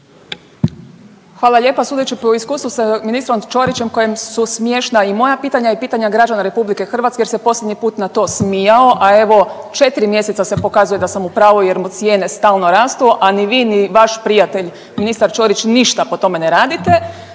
Hvala lijepa. Sudeći po iskustvu sa ministrom Ćorićem kojem su smiješna i moja pitanja i pitanja građana RH jer se posljednji put na to smijao, a evo četiri mjeseca se pokazuje da sam u pravu jer mu cijenu stalno rastu, a ni vi ni vaš prijatelj ministar Ćorić ništa po tome ne radite.